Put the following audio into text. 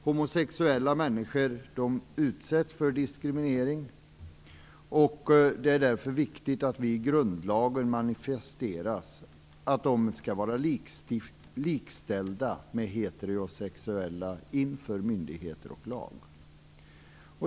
Homosexuella människor utsätts för diskriminering, och det är därför viktigt att det i grundlagen manifesteras att de skall vara likställda med heterosexuella inför myndigheter och lag.